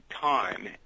time